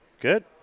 Good